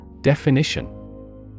Definition